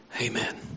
Amen